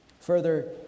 Further